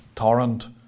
torrent